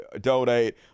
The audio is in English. donate